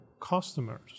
customers